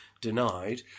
denied